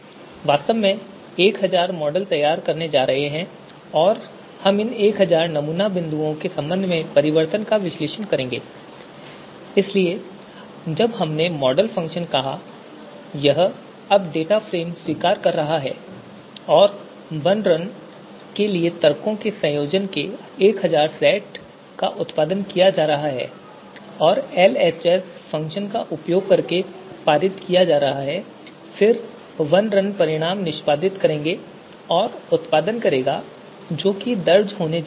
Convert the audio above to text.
तो वास्तव में 1000 मॉडल परिणाम तैयार होने जा रहे हैं और हम इन 1000 नमूना बिंदुओं के संबंध में परिवर्तनों का विश्लेषण करेंगे इसलिए जब हमने मॉडल फ़ंक्शन कहा यह अब डेटा फ्रेम स्वीकार कर रहा है और वनरुन के लिए तर्कों के संयोजन के 1000 सेट का उत्पादन किया जा रहा है और एलएचएस फ़ंक्शन का उपयोग करके पारित किया जा रहा है और फिर वनरुन परिणाम निष्पादित करेगा और उत्पादन करेगा जो दर्ज होने जा रहे हैं